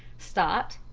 stopped,